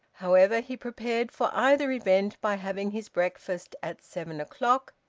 however, he prepared for either event by having his breakfast at seven o'clock,